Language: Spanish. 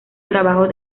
trabajos